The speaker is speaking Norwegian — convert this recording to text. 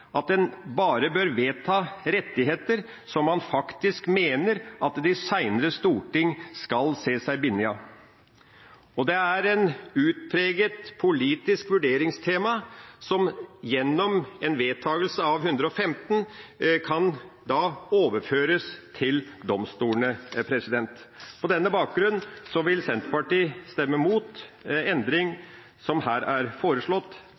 at en bare bør vedta rettigheter som man faktisk mener at de senere storting skal se seg bundet av. Det er et utpreget politisk vurderingstema som gjennom en vedtakelse av § 115, da kan overføres til domstolene. På denne bakgrunn vil Senterpartiet stemme imot den endring som her er foreslått